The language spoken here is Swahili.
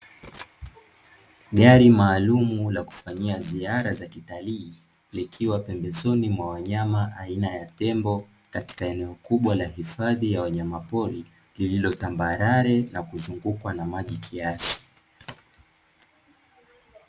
Gari maalumu la kufanyia ziara za kitalii, likiwa pembezoni mwa wanyama aina ya tembo katika eneo kubwa la hifadhi ya wanyama pori, lililo tambarale na kuzungukwa na maji kiasi.